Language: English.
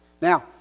Now